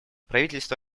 правительство